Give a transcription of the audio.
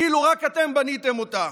כאילו רק אתם בניתם אותה.